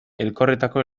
elkorretako